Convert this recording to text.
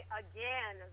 again